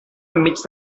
enmig